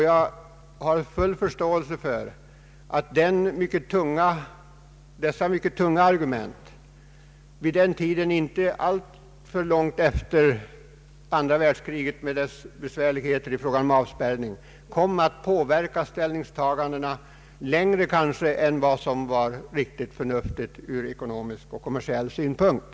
Jag har full förståelse för att dessa mycket tungt vägande argument — vid den tiden, inte alltför långt efter andra världskriget med dess besvärligheter i fråga om avspärrning — kom att påverka ställningstagandet under längre tid än vad som var förnuftigt från ekonomisk och kommersiell synpunkt.